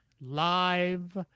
live